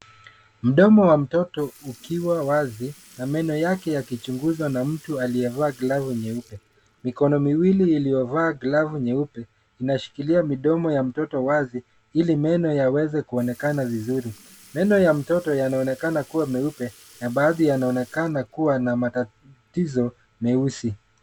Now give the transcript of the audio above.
Mdomo wa mtoto ukiwa wazi na meno yake yakichunguzwa na mtu aliyevaaa glavu nyeupe. Mikono miwili iliyovaa glavu nyeupe, inashikilia midomo ya mtoto wazi ili meno yaweze kuonekana vizuri. Meno ya mtoto yanaonekana kua meupe, na baadhi yanaonekana kua na matatizo meusi.